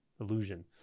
Illusion